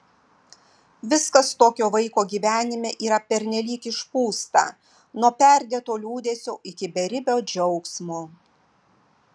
viskas tokio vaiko gyvenime yra pernelyg išpūsta nuo perdėto liūdesio iki beribio džiaugsmo